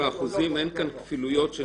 באחוזים אין כאן כפילויות?